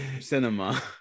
cinema